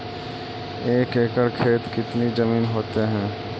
एक एकड़ खेत कितनी जमीन होते हैं?